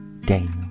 Daniel